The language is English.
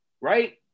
right